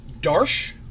Darsh